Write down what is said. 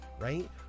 right